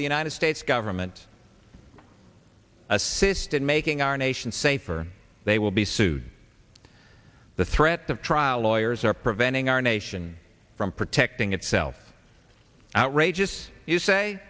the united states government assisted making our nation safer they will be sued the threat of trial lawyers are preventing our nation from protecting itself outrageous you say